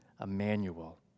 Emmanuel